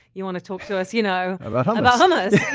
you want to talk to us you know about um about hummus.